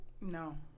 No